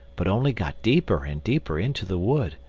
but only got deeper and deeper into the wood,